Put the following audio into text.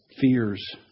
fears